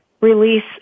release